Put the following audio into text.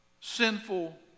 sinful